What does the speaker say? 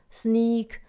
sneak